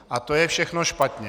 A to je všechno špatně.